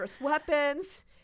weapons